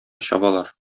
чабалар